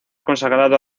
consagrado